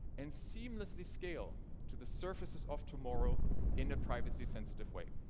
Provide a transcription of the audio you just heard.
and seamlessly scale to the surfaces of tomorrow in a privacy-sensitive way.